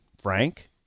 Frank